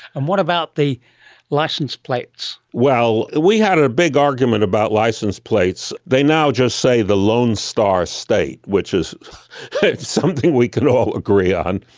and what about the licence plates? well, we had a big argument about licence plates. they now just say the lone star state, which is something we can all agree on.